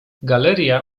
galeria